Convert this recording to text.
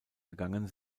gegangen